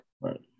Right